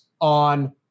on